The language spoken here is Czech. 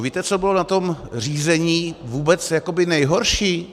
Víte, co bylo na tom řízení vůbec nejhorší?